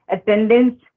Attendance